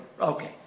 Okay